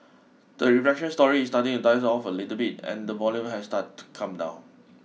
the refraction story is starting to dies off a little bit and the volume has start to come down